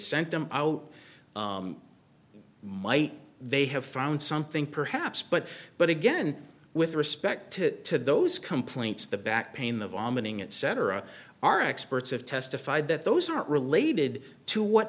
sent them out might they have found something perhaps but but again with respect to those complaints the back pain the vomiting etc our experts have testified that those aren't related to what